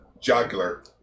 Juggler